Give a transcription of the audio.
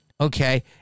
okay